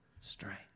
strength